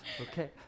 Okay